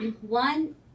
one